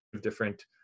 different